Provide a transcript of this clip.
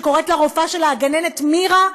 שקוראת לרופאה שלה "הגננת מירה",